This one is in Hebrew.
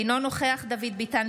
אינו נוכח דוד ביטן,